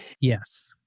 yes